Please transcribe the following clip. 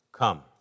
Come